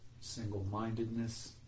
Single-mindedness